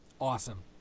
awesome